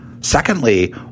Secondly